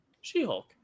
She-Hulk